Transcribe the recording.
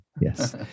Yes